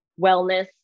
wellness